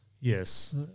Yes